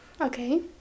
Okay